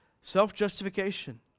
Self-justification